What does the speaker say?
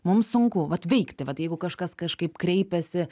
mums sunku vat veikti vat jeigu kažkas kažkaip kreipiasi